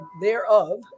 thereof